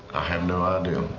ah have no idea